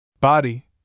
Body